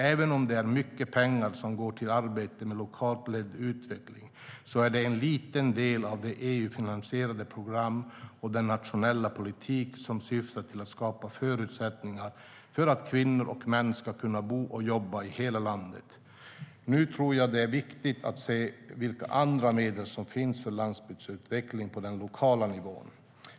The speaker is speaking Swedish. Även om det är mycket pengar som går till arbetet med lokalt ledd utveckling är det en liten del av de EU-finansierade program och den nationella politik som syftar till att skapa förutsättningar för att kvinnor och män ska kunna bo och jobba i hela landet. Nu tror jag att det är viktigt att se vilka andra medel som finns för landsbygdsutveckling på den lokala nivån.